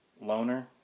loner